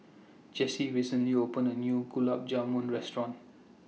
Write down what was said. Jesse recently opened A New Gulab Jamun Restaurant